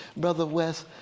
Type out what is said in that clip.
brother west,